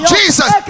Jesus